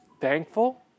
thankful